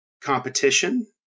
competition